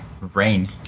rain